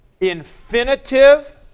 infinitive